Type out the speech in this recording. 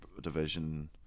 division